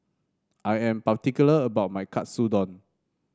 I am particular about my Katsudon